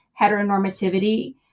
heteronormativity